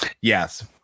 yes